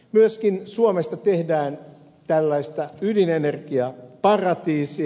myöskin suomesta tehdään ydinenergiaparatiisia